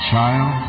child